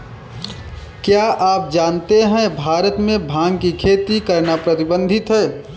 क्या आप जानते है भारत में भांग की खेती करना प्रतिबंधित है?